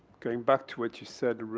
going back to what you said,